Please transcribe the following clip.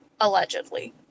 allegedly